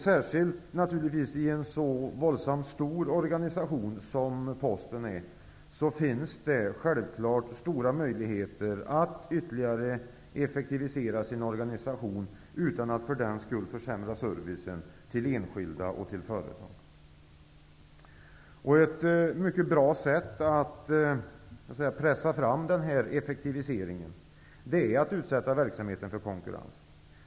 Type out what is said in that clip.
Särskilt i en så våldsamt stor organisation som Posten är finns det naturligtvis goda möjligheter till ytterligare effektivisering utan att för den skull försämra servicen till enskilda och företag. Ett mycket bra sätt att pressa fram den effektiviseringen är att utsätta verksamheten för konkurrens.